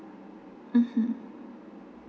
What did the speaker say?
mmhmm